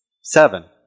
Seven